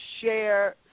share